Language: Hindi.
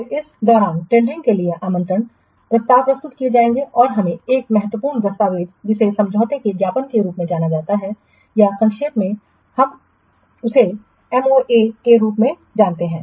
फिर इस दौरान टेंडरिंग के लिए आमंत्रण प्रस्ताव प्रस्तुत किए जाएंगे और हमें एक महत्वपूर्ण दस्तावेज जिसे समझौते के ज्ञापन के रूप में जाना जाता है या संक्षेप में हमें एमओए के रूप में जाना जाता है